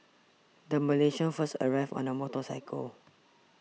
the Malaysians first arrived on a motorcycle